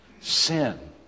Sin